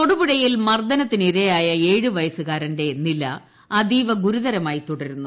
തൊടുപുഴയിൽ മർദ്ദ്നത്തിനിരയായ ഏഴു വയസു കാരന്റെ നില അതീവുഗുരുതരമായി തുടരുന്നു